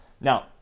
Now